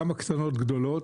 גם הקטנות, גדולות.